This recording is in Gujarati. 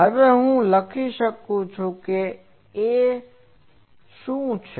હવે હું લખી શકું છું કે A શું છે